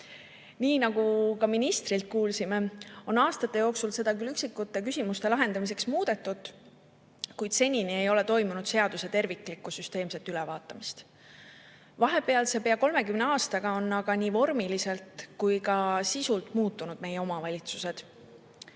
Nii nagu ka ministrilt kuulsime, on aastate jooksul seda küll üksikute küsimuste lahendamiseks muudetud, kuid senini ei ole toimunud seaduse terviklikku süsteemset ülevaatamist. Vahepealse pea 30 aastaga on aga meie omavalitsused nii vormiliselt kui ka sisult muutunud. Olen varem